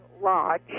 lodge